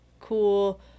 cool